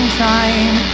time